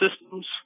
systems